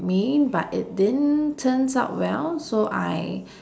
admin but it didn't turns out well so I